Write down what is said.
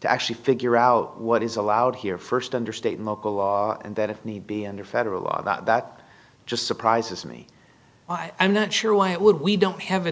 to actually figure out what is allowed here st under state and local law and then if need be under federal law that just surprises me i am not sure why it would we don't have a